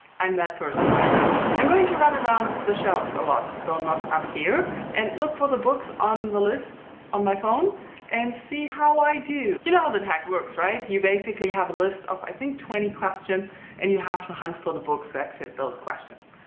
i'm that person right now. i'm going to run around the shelves a lot, so i'm not up here and look for the books on the list on my phone and see how i do. you know how the tag works, right? you basically have a list of i think twenty questions and you have to hunt for the books that fit those questions.